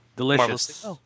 Delicious